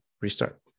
restart